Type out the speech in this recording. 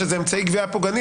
שזה אמצעי גבייה פוגעני,